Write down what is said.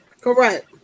Correct